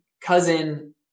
cousin